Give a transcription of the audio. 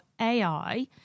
AI